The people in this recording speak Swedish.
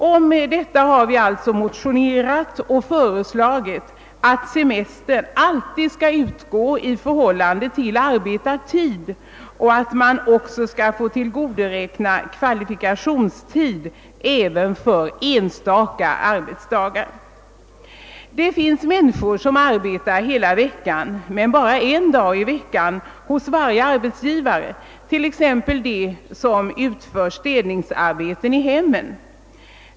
Om detta har vi motionerat och föreslagit att semester alltid skall utgå i förhållande till arbetad tid samt att man skall få tillgodoräkna sig kvalifikationstid även för enstaka arbetsdagar. Det finns människor som arbetar hela veckan men bara en dag i veckan hos varje arbetsgivare, t.ex. de som utför städningsarbete i hemmen.